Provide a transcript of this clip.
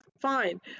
fine